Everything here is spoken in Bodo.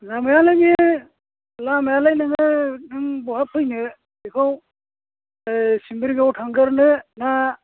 लामायालाय बेयो लामायालाय नों नों बहा फैनो बेखौ सिम्बोरगाव थांग्रोनो ना